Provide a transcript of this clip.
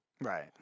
Right